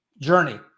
journey